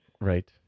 Right